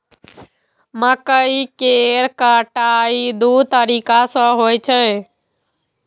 मकइ केर कटाइ दू तरीका सं होइ छै